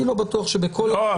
אני לא בטוח שבכל הכבוד --- לא,